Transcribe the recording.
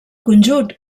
conjunt